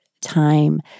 time